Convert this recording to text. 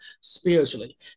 spiritually